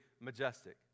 majestic